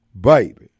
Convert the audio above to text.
Baby